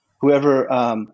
Whoever –